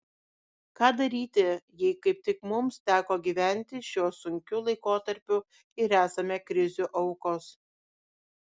ką daryti jei kaip tik mums teko gyventi šiuo sunkiu laikotarpiu ir esame krizių aukos